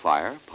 Fire